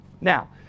Now